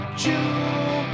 jewel